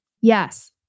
Yes